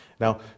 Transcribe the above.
Now